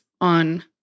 on